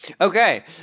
Okay